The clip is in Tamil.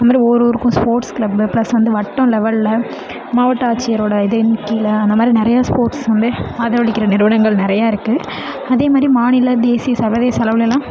அதுமாதிரி ஒவ்வொரு ஊருக்கும் ஸ்போர்ட்ஸ் கிளப்பு ப்ளஸ் வந்து வட்டம் லெவலில் மாவட்ட ஆட்சியரோட இதன் கீழே அந்தமாதிரி நிறைய ஸ்போர்ட்ஸ் வந்து ஆதரவளிக்கிற நிறுவனங்கள் நறையாயிருக்கு அதேமாதிரி மாநில தேசிய சர்வதேச அளவுளலாம்